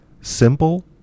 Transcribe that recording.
simple